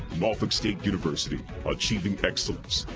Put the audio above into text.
norfolk state university, achieving excellence.